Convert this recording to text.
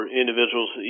individuals